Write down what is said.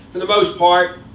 for the most part,